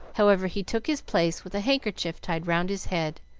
however, he took his place with a handkerchief tied round his head,